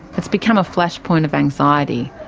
it's become a flashpoint of anxiety.